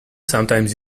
sometimes